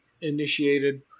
initiated